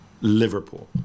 Liverpool